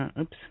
Oops